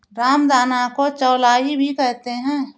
रामदाना को चौलाई भी कहते हैं